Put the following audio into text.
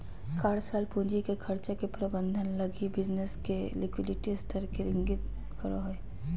कार्यशील पूंजी के खर्चा के प्रबंधन लगी बिज़नेस के लिक्विडिटी स्तर के इंगित करो हइ